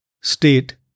state